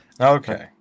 okay